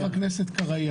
חבר הכנסת קרעי,